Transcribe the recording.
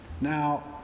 Now